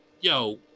yo